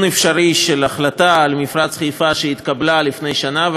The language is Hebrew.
אפשרי של החלטה על מפרץ חיפה שהתקבלה לפני שנה,